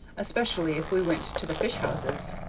especially if we went to the fish-houses.